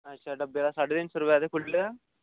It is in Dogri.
अच्छा डब्बे दा साढ़ तीन सौ रपेआ ते खुल्ले दा